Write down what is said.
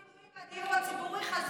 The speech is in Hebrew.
הפינויים בדיור הציבורי חזרו בענק.